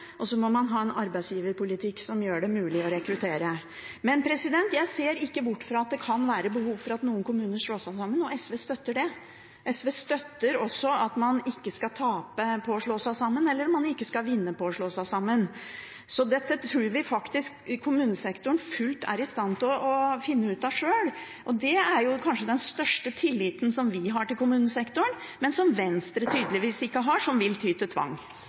og så må man ha en arbeidsgiverpolitikk som gjør det mulig å rekruttere. Men jeg ser ikke bort fra at det kan være behov for at noen kommuner slår seg sammen, og SV støtter det. SV støtter også at man ikke skal tape på å slå seg sammen, eller at man ikke skal vinne på å slå seg sammen. Dette tror vi faktisk kommunesektoren fullt ut er i stand til å finne ut av sjøl. Det er kanskje den største tilliten vi har til kommunesektoren, men som Venstre tydeligvis ikke har, som vil ty til tvang.